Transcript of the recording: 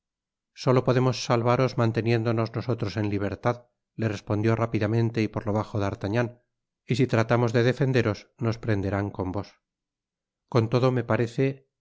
solo podemos salvaros manteniéndonos nosotros en libertad le respondio rápidamente y por lo bajo d'artagnan y si tratamos de defenderos nos prenderán con vos con todo me parece